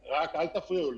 ----- אל תפריעו לי.